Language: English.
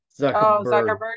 Zuckerberg